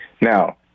Now